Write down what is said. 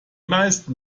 meisten